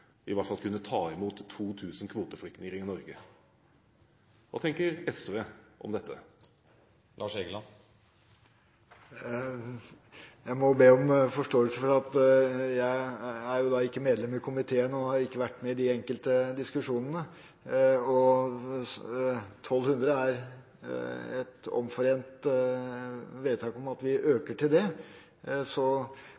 i hvert fall må kunne ta imot 2 000 kvoteflyktninger i Norge. Hva tenker SV om dette? Jeg er ikke medlem av komiteen og har ikke vært med i de enkelte diskusjonene – jeg må be om forståelse for det. Men det er et omforent vedtak om